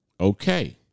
Okay